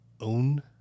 own